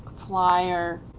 flier,